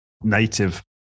native